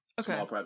okay